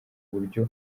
buryo